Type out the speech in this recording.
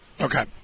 Okay